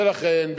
ולכן,